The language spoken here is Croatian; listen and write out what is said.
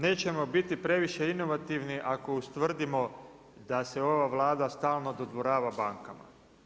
Nećemo biti previše inovativni ako ustvrdimo da se ova Vlada stalno dodvorava bankama.